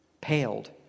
paled